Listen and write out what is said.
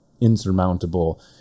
insurmountable